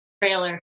trailer